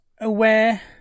aware